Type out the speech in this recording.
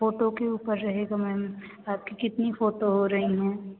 photo के ऊपर रहेगा मैम आपकी कितनी फ़ोटो हो रही हैं